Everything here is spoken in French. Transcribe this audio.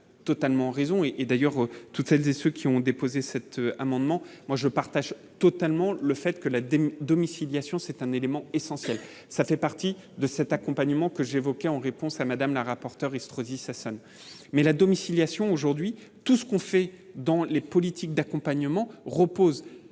totalement raison et et d'ailleurs toutes celles et ceux qui ont déposé cette. Amendement moi je partage totalement le fait que la domiciliation, c'est un élément essentiel, ça fait partie de cet accompagnement que j'évoquais, en réponse à Madame la rapporteure Estrosi Sassone mais la domiciliation aujourd'hui tout ce qu'on fait dans les politiques d'accompagnement repose